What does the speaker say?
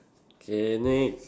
K next